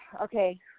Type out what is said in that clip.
Okay